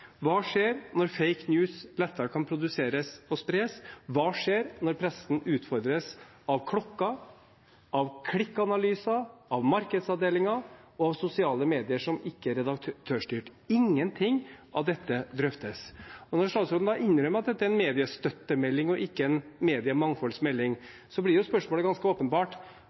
Hva skjer når «fake news» lettere kan produseres og spres? Hva skjer når pressen utfordres av klokken, av klikkanalyser, av markedsavdelinger og av sosiale medier som ikke er redaktørstyrt? Ingenting av dette drøftes. Når statsråden da innrømmer at dette er en mediestøttemelding og ikke en mediemangfoldsmelding, blir spørsmålet ganske åpenbart: